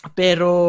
pero